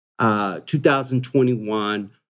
2021